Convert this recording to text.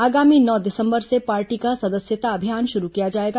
आगामी नौ दिसंबर से पार्टी का सदस्यता अभियान शुरू किया जाएगा